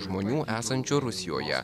žmonių esančių rusijoje